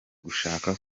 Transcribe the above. gushaka